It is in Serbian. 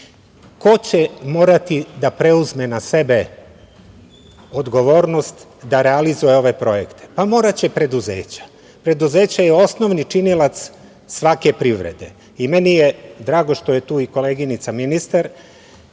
će morati da preuzme na sebe odgovornost da realizuje ove projekte? Pa, moraće preduzeća. Preduzeće je osnovni činilac svake privrede. Drago mi je što je tu i koleginica ministar,